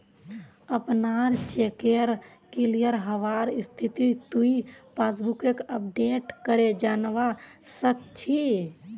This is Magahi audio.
अपनार चेकेर क्लियर हबार स्थितिक तुइ पासबुकक अपडेट करे जानवा सक छी